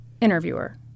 Interviewer